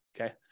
Okay